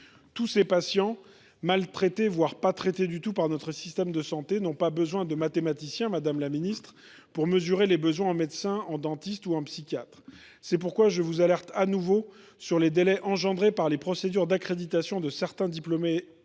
Tous ces patients maltraités, voire pas traités du tout, par notre système de santé n’ont pas besoin de mathématiciens, madame la ministre, pour mesurer les besoins en médecins, en dentistes ou en psychiatres ! C’est pourquoi je vous alerte de nouveau sur les délais causés par les procédures d’accréditation de certains diplômés